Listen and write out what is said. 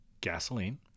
Gasoline